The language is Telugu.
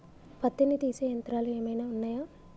పత్తిని తీసే యంత్రాలు ఏమైనా ఉన్నయా?